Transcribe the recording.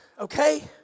Okay